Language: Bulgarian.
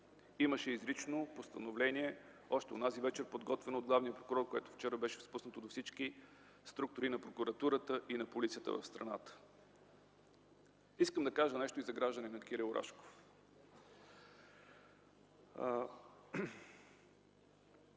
Имаше изрично постановление, подготвено още онази нощ от главния прокурор, което вчера бе спуснато до всички структури на прокуратурата и полицията в страната. Искам да кажа нещо и за гражданина Кирил Рашков.